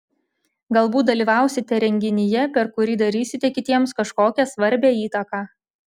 galbūt dalyvausite renginyje per kurį darysite kitiems kažkokią svarbią įtaką